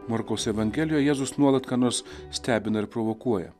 morkaus evangelijoje jėzus nuolat ką nors stebina ir provokuoja